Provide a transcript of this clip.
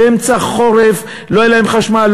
באמצע החורף לא היה להם חשמל,